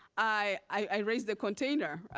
i raised the container,